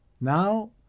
Now